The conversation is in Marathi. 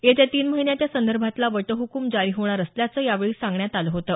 येत्या तीन महिन्यात यासंदर्भातला वटहकूम जारी होणार असल्याचं यावेळी सांगण्यात आलं होतं